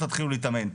תתחילו להתאמן.